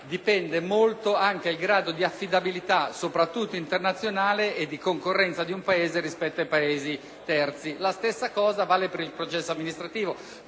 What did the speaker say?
dipende molto anche il grado di affidabilità, soprattutto internazionale, e di concorrenza di un Paese rispetto ai Paesi terzi. La stessa cosa vale per il processo amministrativo;